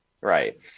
Right